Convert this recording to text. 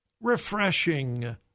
Refreshing